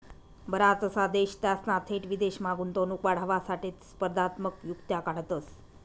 बराचसा देश त्यासना थेट विदेशमा गुंतवणूक वाढावासाठे स्पर्धात्मक युक्त्या काढतंस